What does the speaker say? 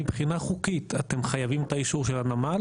מבחינה חוקית אתם חייבים את האישור של הנמל